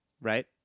Right